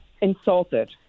insulted